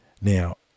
Now